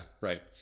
right